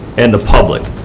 and the public.